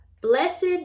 Blessed